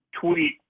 tweet